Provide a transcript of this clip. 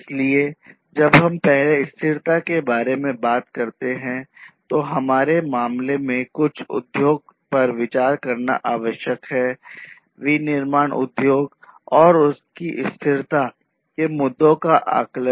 इसलिए जब हम पहले स्थिरता के बारे में बात करते हैं तो हमारे मामले में कुछ उद्योग पर विचार करना आवश्यक है विनिर्माण उद्योग और उनकी स्थिरता के मुद्दों का आकलन